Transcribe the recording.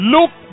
Look